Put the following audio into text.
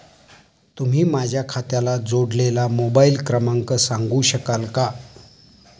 तुम्ही माझ्या खात्याला जोडलेला मोबाइल क्रमांक सांगू शकाल का?